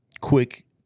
quick